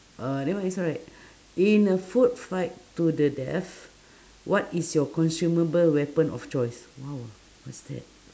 uh nevermind it's alright in a food fight to the death what is your consumable weapon of choice !wow! what's that